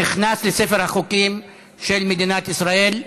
ונכנסת לספר החוקים של מדינת ישראל.